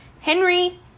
Henry